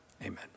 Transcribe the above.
Amen